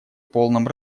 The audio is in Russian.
полном